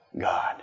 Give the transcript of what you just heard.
God